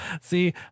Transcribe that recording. see